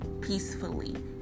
peacefully